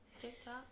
TikTok